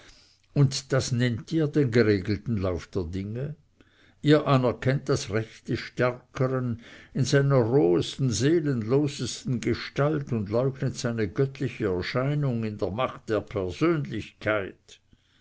und das nennt ihr den geregelten lauf der dinge ihr anerkennt das recht des stärkern in seiner rohesten seelenlosesten gestalt und leugnet seine göttliche erscheinung in der macht der persönlichkeit